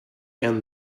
and